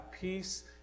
peace